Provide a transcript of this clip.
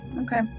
Okay